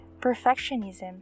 perfectionism